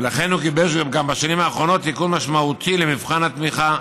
ולכן הוא גיבש בשנים האחרונות תיקון משמעותי למבחן התמיכה,